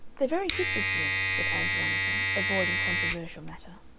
they're very good this year, said ann veronica, avoiding controversial matter.